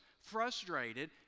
frustrated